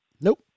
Nope